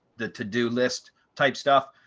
the to do list type stuff,